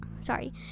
Sorry